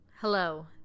Hello